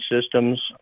systems